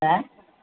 हा